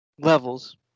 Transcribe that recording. Levels